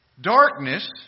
darkness